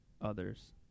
others